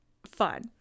fun